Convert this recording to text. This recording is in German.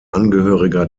angehöriger